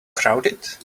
crowded